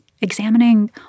examining